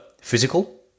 physical